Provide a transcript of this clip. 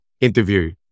interview